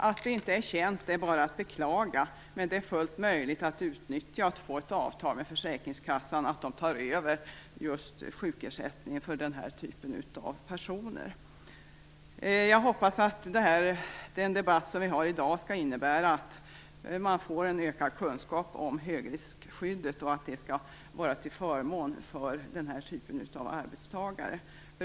Att det inte är känt är bara att beklaga, men det är fullt möjligt att utnyttja detta. Man kan sluta ett avtal med försäkringskassan om att den tar över sjukersättningen för denna typ av personer. Jag hoppas att den debatt som vi har i dag skall innebära en ökad kunskap om högriskskyddet, och att det skall vara till förmån för denna typ av arbetstagare.